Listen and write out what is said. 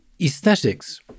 Aesthetics